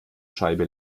scheibe